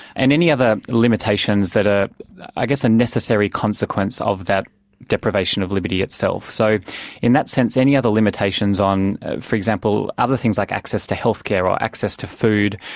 and any other limitations that are i guess a necessary consequence of that deprivation of liberty itself. so in that sense, any other limitations on, for example, other things like access to health care, or access to food,